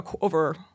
over